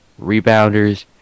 rebounders